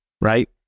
right